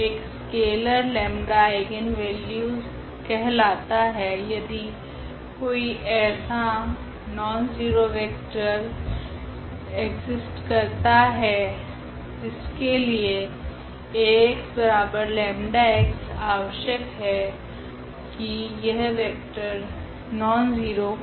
एक scalar 𝜆 eigenvalues कहलाता है यदि कोई ऐसा नॉनज़ीरो वेक्टर एक्सिस्ट्स करता है जिसके लिए Ax 𝜆x आवश्यक है की यह वेक्टर नॉनज़ीरो हो